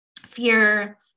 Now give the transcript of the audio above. fear